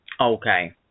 Okay